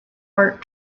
art